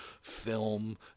film